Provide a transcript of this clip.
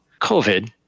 COVID